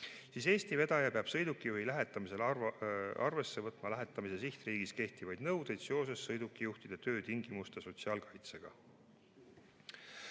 siis Eesti vedaja peab sõidukijuhi lähetamisel arvesse võtma lähetamise sihtriigis kehtivaid nõudeid seoses sõidukijuhtide töötingimuste ja sotsiaalkaitsega.